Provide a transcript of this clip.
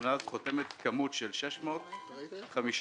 שהרשימה הזאת חותמת כמות של 650 אישורים,